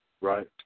right